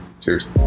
cheers